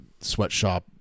sweatshop